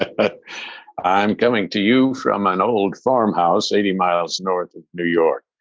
but but i'm coming to you from an old farmhouse eighty miles north of new york.